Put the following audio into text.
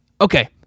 Okay